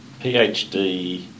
PhD